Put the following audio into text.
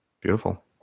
Beautiful